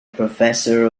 professor